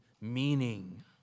meaning